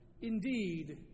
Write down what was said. Indeed